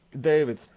David